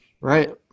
Right